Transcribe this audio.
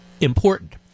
important